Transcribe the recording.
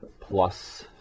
plus